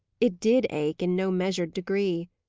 it did ache, in no measured degree.